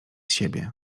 siebie